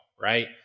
right